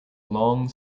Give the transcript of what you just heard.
long